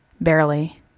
Barely